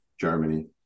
Germany